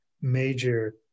major